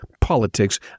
politics